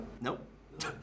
Nope